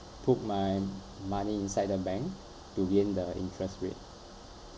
put my money inside the bank to gain the interest rate